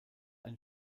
ein